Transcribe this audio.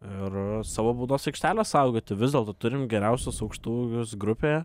ir savo baudos aikštelę saugoti vis dėlto turim geriausius aukštaūgius grupėje